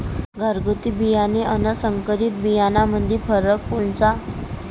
घरगुती बियाणे अन संकरीत बियाणामंदी फरक कोनचा?